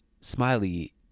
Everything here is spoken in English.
smiley